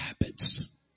habits